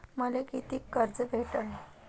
मले कितीक कर्ज भेटन?